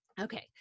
Okay